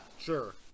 Sure